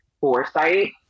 foresight